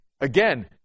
Again